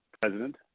president